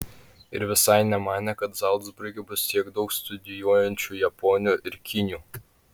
ir visai nemanė kad zalcburge bus tiek daug studijuojančių japonių ir kinių